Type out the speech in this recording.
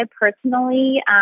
personally